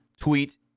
tweet